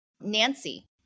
Nancy